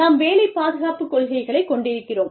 நாம் வேலை பாதுகாப்புக் கொள்கைகளை கொண்டிருக்கிறோம்